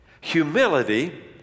Humility